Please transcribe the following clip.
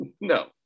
No